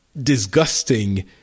disgusting